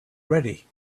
ready